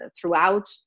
throughout